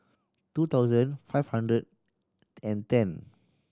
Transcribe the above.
two thousand five hundred and ten